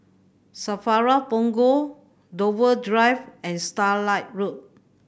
SAFRA Punggol Dover Drive and Starlight Road